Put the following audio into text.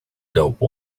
dope